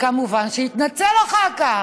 וכמובן שהתנצל אחר כך?